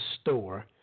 store